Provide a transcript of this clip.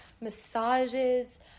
massages